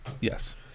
Yes